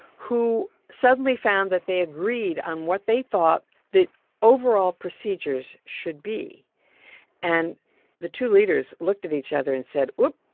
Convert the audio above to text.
who suddenly found that they agreed on what they thought the overall procedures should be and the two leaders looked at each other and said, oop,